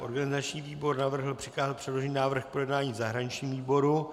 Organizační výbor navrhl přikázat předložený návrh k projednání zahraničnímu výboru.